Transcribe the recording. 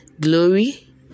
glory